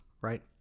right